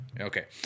Okay